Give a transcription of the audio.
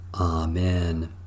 Amen